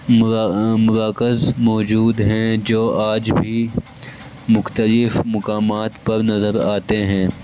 مرا مراکز موجود ہیں جو آج بھی مختلف مقامات پر نظر آتے ہیں